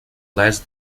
less